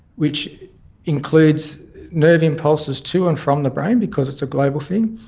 which includes nerve impulses to and from the brain because it's a global thing.